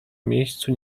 miejscu